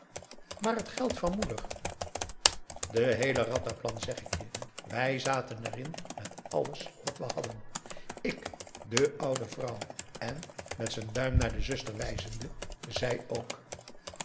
maar het geld van moeder de heele rataplan zeg ik je wij zaten er in met alles wat we hadden ik de oude vrouw en met z'n duim naar de zuster wijzende zij ook